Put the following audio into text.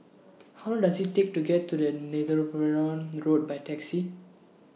How Long Does IT Take to get to Netheravon Road By Taxi